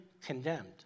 condemned